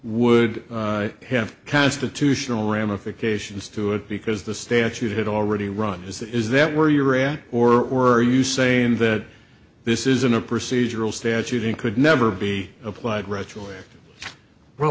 would have constitutional ramifications to it because the statute had already run is that is that where you read or were you saying that this isn't a procedural statute in could never be applied retroactively well